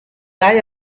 lie